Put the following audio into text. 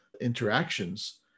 interactions